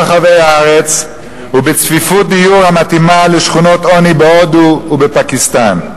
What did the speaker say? רחבי הארץ ובצפיפות דיור המתאימה לשכונות עוני בהודו ובפקיסטן.